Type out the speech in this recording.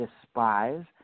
despise